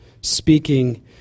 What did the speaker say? speaking